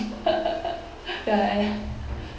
ya and